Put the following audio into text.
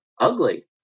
ugly